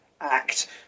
act